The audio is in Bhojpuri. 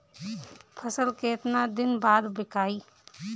फसल केतना दिन बाद विकाई?